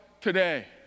today